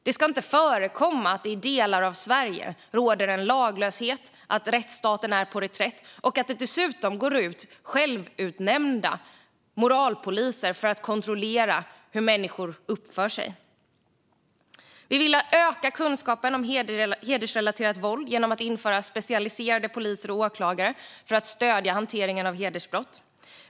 Det ska inte förekomma att det i delar av Sverige råder en laglöshet, att rättsstaten är på reträtt och att det dessutom går ut självutnämnda moralpoliser för att kontrollera hur människor uppför sig. Vi vill öka kunskapen om hedersrelaterat våld genom att införa specialiserade poliser och åklagare för att stödja hanteringen av hedersbrott.